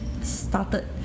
started